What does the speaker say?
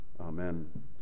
amen